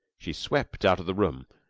she swept out of the room,